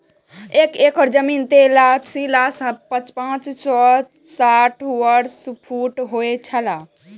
एक एकड़ जमीन तैंतालीस हजार पांच सौ साठ वर्ग फुट होय छला